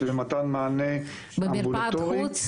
אבל ביוספטל,